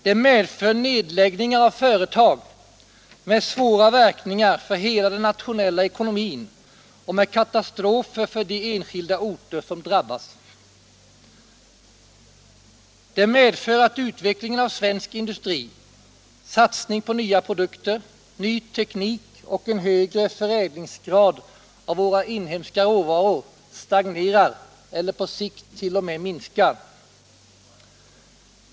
Det medför nedläggningar av företag med svåra verkningar för hela den nationella ekonomin och katastrofer för de enskilda orter som drabbas. Det medför att utvecklingen av svensk industri, satsningen på nya produkter, ny teknik och en högre förädlingsgrad för våra inhemska råvaror, stagnerar eller på sikt t.o.m. minskar.